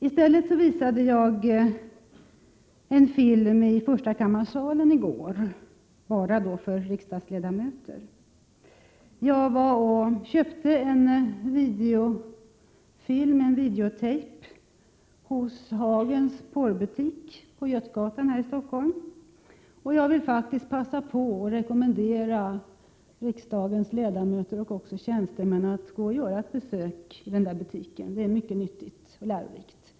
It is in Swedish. I stället visade jag en film enbart för riksdagsledamöter i den gamla första kammaren. Jag hade köpt en videotejp hos Hagens porrbutik på Götgatan här i Stockholm. Jag vill passa på att rekommendera riksdagens ledamöter och även tjänstemän att göra ett besök i den där butiken. Det är mycket nyttigt och lärorikt.